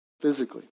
physically